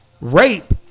Rape